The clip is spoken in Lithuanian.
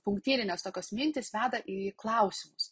punktyrinės tokios mintys veda į klausimus